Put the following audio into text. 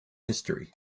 history